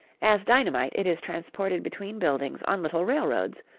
as dynamite it is transported between buildings on little railroads,